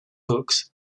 hooks